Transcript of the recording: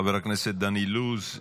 חבר הכנסת דן אילוז,